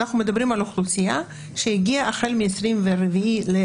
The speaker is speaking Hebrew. אנחנו מדברים על אוכלוסייה שהגיעה החל מ-24 בפברואר,